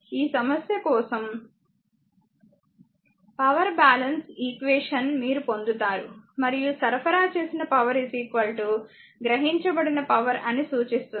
ఈ సమస్య కోసం పవర్ బ్యాలెన్స్ ఈక్వేషన్ మీరు పొందుతారు మరియు సరఫరా చేసిన పవర్ గ్రహించబడిన పవర్ అని చూస్తుంది